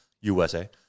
USA